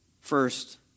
First